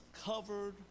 covered